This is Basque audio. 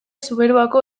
zuberoako